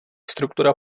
struktura